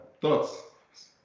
thoughts